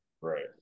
Right